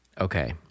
okay